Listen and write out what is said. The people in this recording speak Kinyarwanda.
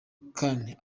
kone